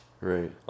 Right